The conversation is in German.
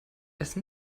essen